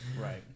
Right